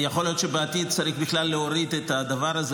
יכול להיות שבעתיד צריך בכלל להוריד את הדבר הזה